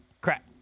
crack